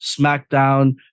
SmackDown